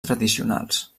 tradicionals